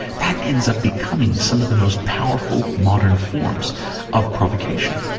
that ends up becoming some of the most powerful modern forms of provocation.